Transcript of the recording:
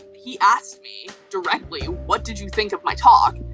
he asked me directly, what did you think of my talk?